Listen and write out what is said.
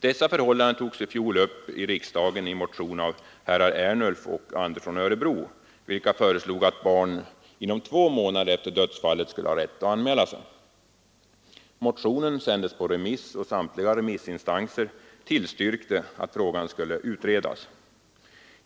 Dessa förhållanden togs i fjol upp i riksdagen i en motion av herrar Ernulf och Andersson i Örebro, vilka föreslog att barn skulle ha rätt att anmäla sig inom två månader efter dödsfallet. Motionen sändes på remiss, och samtliga remissinstanser tillstyrkte att frågan skulle utredas.